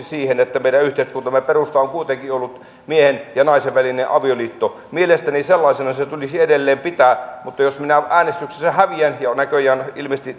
siihen että meidän yhteiskuntamme perusta on kuitenkin ollut miehen ja naisen välinen avioliitto mielestäni sellaisena se tulisi edelleen pitää mutta jos minä äänestyksessä häviän ja näköjään ilmeisesti